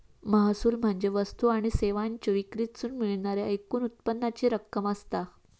महसूल म्हणजे वस्तू आणि सेवांच्यो विक्रीतसून मिळणाऱ्या एकूण उत्पन्नाची रक्कम असता